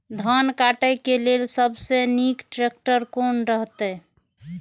धान काटय के लेल सबसे नीक ट्रैक्टर कोन रहैत?